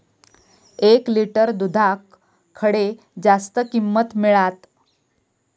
एक लिटर दूधाक खडे जास्त किंमत मिळात?